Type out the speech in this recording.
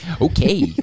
Okay